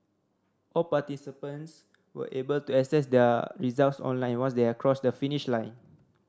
all participants were able to access their results online once they are crossed the finish line